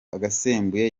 agasembuye